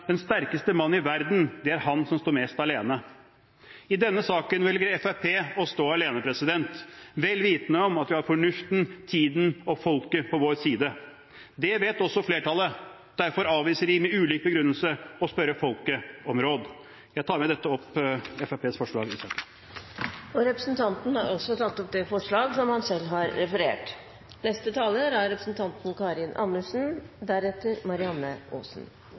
den sterkeste mann i verden, det er han som står mest alene. I denne saken velger Fremskrittspartiet å stå alene, vel vitende om at vi har fornuften, tiden og folket på vår side. Det vet også flertallet, derfor avviser de med ulik begrunnelse å spørre folket om råd. Jeg tar med dette opp forslaget i sak nr. 4. Representanten Christian Tybring-Gjedde har tatt opp det forslaget han refererte til. Når vi står overfor den største humanitære katastrofen vi har hatt i moderne tid, er